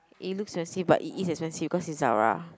it looks the same but it is expensive cause it's Zara